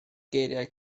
geiriau